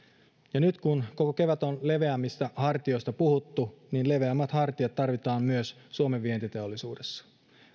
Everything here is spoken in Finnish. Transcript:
nyt kun koko kevät on leveämmistä hartioista puhuttu niin leveämmät hartiat tarvitaan myös suomen vientiteollisuudessa